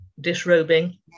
disrobing